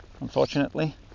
unfortunately